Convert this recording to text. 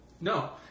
No